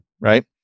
right